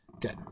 Good